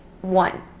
one